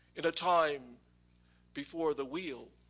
in a time before the wheel.